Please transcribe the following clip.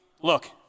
Look